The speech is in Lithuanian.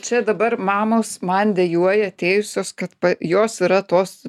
čia dabar mamos man dejuoja atėjusios kad jos yra tos